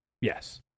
Yes